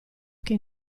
che